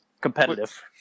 competitive